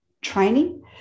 training